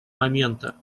момента